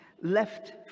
left